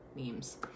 memes